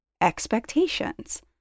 Expectations